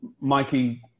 Mikey